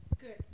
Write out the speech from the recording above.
good